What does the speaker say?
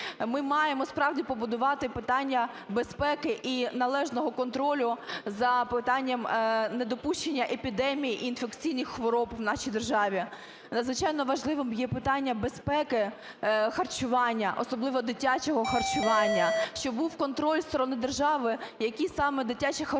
Ми маємо справді побудувати питання безпеки і належного контролю за питанням недопущення епідемій і інфекційних хвороб в нашій державі. Надзвичайно важливим є питання безпеки харчування, особливо дитячого харчування. Щоб був контроль зі сторони держави, яке саме дитяче харчування